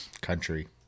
country